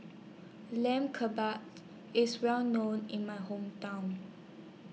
Lamb Kebabs IS Well known in My Hometown